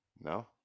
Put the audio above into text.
No